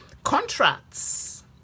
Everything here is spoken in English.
contracts